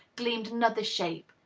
gleamed another shape,